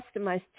customized